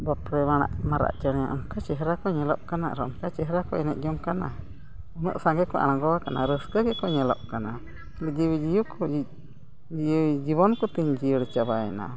ᱵᱟᱯᱨᱮ ᱢᱟᱨᱟᱜ ᱪᱮᱬᱮ ᱚᱱᱠᱟ ᱪᱮᱦᱨᱟ ᱠᱚ ᱧᱮᱞᱚᱜ ᱠᱟᱱᱟ ᱚᱱᱠᱟ ᱪᱮᱦᱨᱟ ᱠᱚ ᱮᱱᱮᱡ ᱡᱚᱝ ᱠᱟᱱᱟ ᱩᱱᱟᱹᱜ ᱥᱟᱸᱜᱮ ᱠᱚ ᱟᱬᱜᱚ ᱟᱠᱟᱱᱟ ᱨᱟᱹᱥᱠᱟᱹ ᱜᱮᱠᱚ ᱧᱮᱞᱚᱜ ᱠᱟᱱᱟ ᱡᱤᱣᱤ ᱡᱤᱣᱟᱹᱠᱚ ᱡᱤᱣᱤ ᱡᱤᱵᱚᱱ ᱠᱚᱛᱤᱧ ᱡᱤᱭᱟᱹᱲ ᱪᱟᱵᱟᱭᱮᱱᱟ